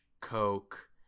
Coke